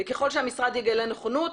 וככל שהמשרד יגלה נכונות,